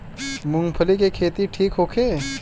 मूँगफली के खेती ठीक होखे?